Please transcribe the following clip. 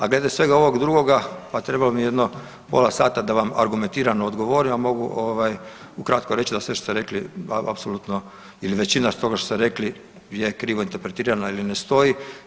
A glede svega ovog drugoga pa treba mi jedno pola sata da vam argumentirano odgovorim, a mogu ukratko reći da sve što ste rekli apsolutno ili većina toga što ste rekli je krivo interpretirana ili ne stoji.